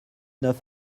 neuf